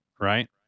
right